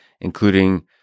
including